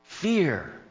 Fear